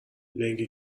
لنگه